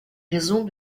raisons